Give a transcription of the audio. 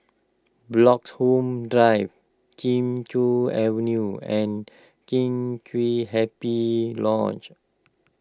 Bloxhome Drive Kee Choe Avenue and Kheng Chiu Happy Lodge